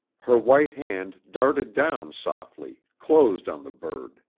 her white hand darted down softly, closed on the bird.